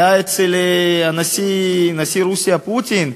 היה אצל נשיא רוסיה פוטין,